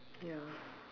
ya